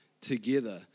together